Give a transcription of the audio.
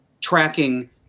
tracking